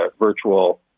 virtual